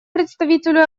представителю